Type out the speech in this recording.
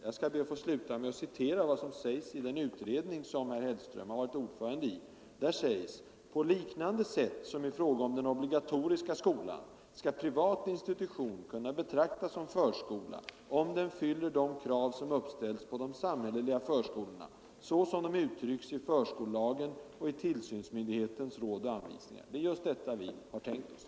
Jag skall slutligen be att få hänvisa till ett uttalande av den utredning som herr Hellström varit ordförande i, där det heter: På liknande sätt som i fråga om den obligatoriska skolan skall privat institution kunna betraktas som förskola, om den fyller de krav som uppställs på de samhälleliga förskolorna, såsom de uttrycks i förskollagen och i tillsynsmyndighetens råd och anvisningar. : Det är just detta vi har tänkt oss.